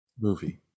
movie